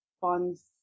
funds